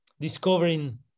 discovering